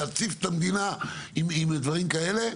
להציף את המדינה עם דברים כאלה,